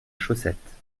chaussette